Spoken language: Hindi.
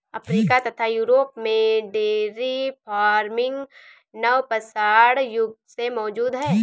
अफ्रीका तथा यूरोप में डेयरी फार्मिंग नवपाषाण युग से मौजूद है